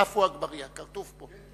כן, כן.